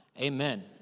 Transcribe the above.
amen